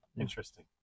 interesting